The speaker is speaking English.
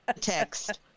text